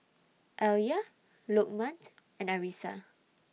Alya Lokman and Arissa